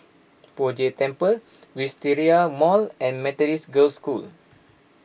Poh Jay Temple Wisteria Mall and Methodist Girls' School